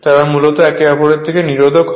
তারা মূলত একে অপরের থেকে নিরোধক হয়